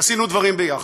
עשינו דברים יחד.